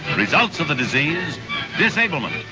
results of the disease disablement,